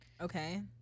Okay